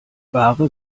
ware